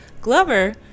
Glover